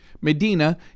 Medina